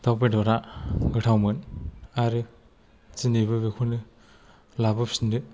दाउ बेदरा गोथावमोन आरो दिनैबो बेखौनो लाबोफिनदो